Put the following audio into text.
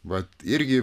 vat irgi